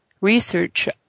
research